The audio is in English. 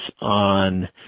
on